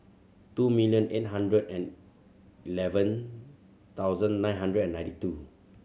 two million eight hundred and eleven thousand nine hundred and ninety two